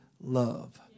love